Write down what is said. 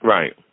Right